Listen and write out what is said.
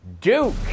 Duke